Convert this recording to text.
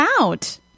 out